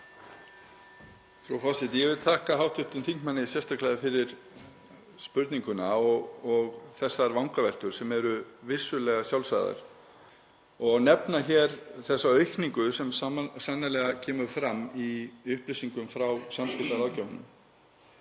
Frú forseti. Ég vil þakka hv. þingmanni sérstaklega fyrir spurninguna og þessar vangaveltur sem eru vissulega sjálfsagðar. Ég vil nefna hér aukninguna sem sannarlega kemur fram í upplýsingum frá samskiptaráðgjafanum.